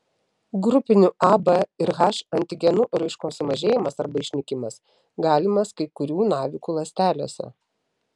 grupinių a b ir h antigenų raiškos sumažėjimas arba išnykimas galimas kai kurių navikų ląstelėse